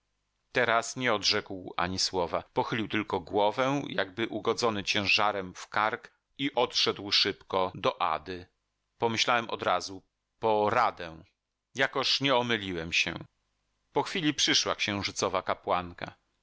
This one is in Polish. teraz nie odrzekł ani słowa pochylił tylko głowę jakby ugodzony ciężarem w kark i odszedł szybko do ady pomyślałem od razu po radę jakoż nie omyliłem się po chwili przyszła księżycowa kapłanka